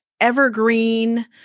evergreen